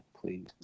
please